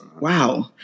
Wow